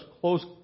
close